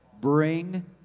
bring